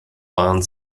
waren